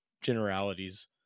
generalities